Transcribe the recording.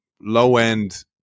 low-end